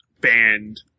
band